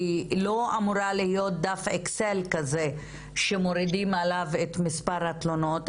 היא לא אמורה להיות דף אקסל כזה שמורידים עליו את מספר התלונות,